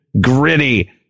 gritty